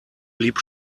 blieb